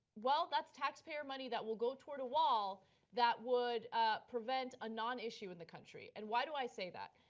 well, that's taxpayer money that will go toward a wall that would prevent a non-issue in the country. and why do i say that?